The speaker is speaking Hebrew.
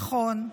נכון,